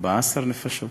14 נפשות,